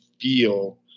feel